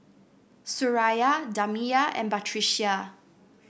Suraya Damia and Batrisya